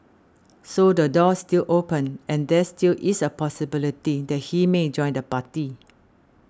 so the door's still open and there still is a possibility that he may join the party